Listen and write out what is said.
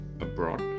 abroad